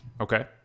okay